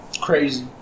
Crazy